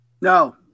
No